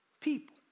people